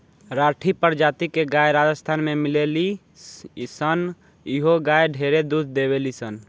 राठी प्रजाति के गाय राजस्थान में मिलेली सन इहो गाय ढेरे दूध देवेली सन